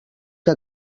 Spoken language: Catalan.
que